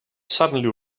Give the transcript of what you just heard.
suddenly